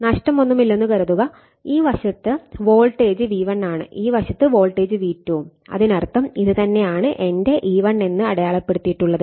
നഷ്ടമൊന്നുമില്ലെന്ന് കരുതുക ഈ വശത്ത് വോൾട്ടേജ് V1 ആണ് ഈ വശത്ത് വോൾട്ടേജ് V2 വും അതിനർത്ഥം ഇത് തന്നെയാണ് എന്റെ E1 എന്ന് അടയാളപ്പെടുത്തിയിട്ടുള്ളത്